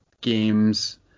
games